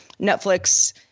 Netflix